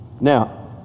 Now